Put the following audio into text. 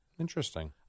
Interesting